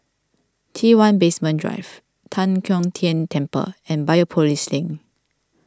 T one Basement Drive Tan Kong Tian Temple and Biopolis Link